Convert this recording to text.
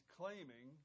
claiming